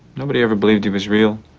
nobody ever believed he was real.